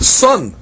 son